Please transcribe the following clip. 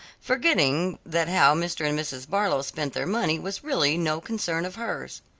forgetting that how mr. and mrs. barlow spent their money was really no concern of hers.